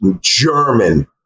German